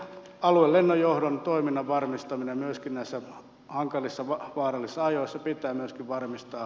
aluelennonjohdon toiminnan varmistaminen myöskin näissä hankalissa ja vaarallisissa ajoissa pitää myöskin varmistaa